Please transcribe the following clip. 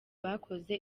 bakoze